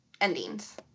endings